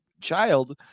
child